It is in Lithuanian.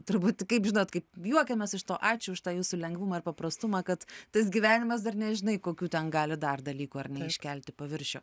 turbūt kaip žinot kaip juokiamės iš to ačiū už tą jūsų lengvumą ir paprastumą kad tas gyvenimas dar nežinai kokių ten gali dar dalykų ar iškelt į paviršių